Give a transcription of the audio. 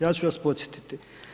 Ja ću vas podsjetiti.